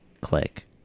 click